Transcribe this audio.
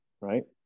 right